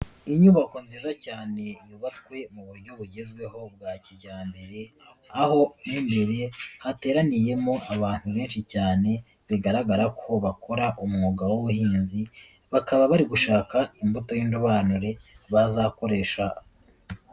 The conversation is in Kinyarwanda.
Inyubako nziza cyane yubatswe mu buryo bugezweho bwa kijyambere, aho mwimbere hateraniyemo abantu benshi cyane bigaragara ko bakora umwuga w'ubuhinzi bakaba bari gushaka imbuto y'indobanure bazakoresha.